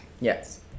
Yes